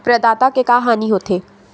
प्रदाता के का हानि हो थे?